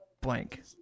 blank